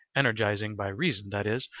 energizing by reason, that is,